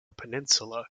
peninsula